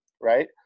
right